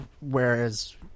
Whereas